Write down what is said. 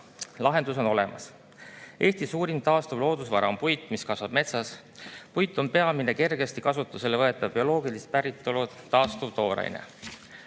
Lahendus on olemas. Eesti suurim taastuv loodusvara on puit, mis kasvab metsas. Puit on peamine kergesti kasutusele võetav bioloogilist päritolu taastuv tooraine.